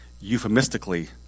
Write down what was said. euphemistically